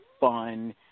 fun